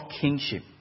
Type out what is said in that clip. kingship